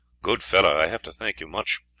good fellow, i have to thank you much,